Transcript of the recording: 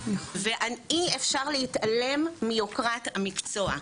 אי אפשר להתעלם מיוקרת המקצוע,